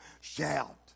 shout